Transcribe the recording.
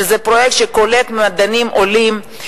שזה פרויקט שקולט מדענים עולים,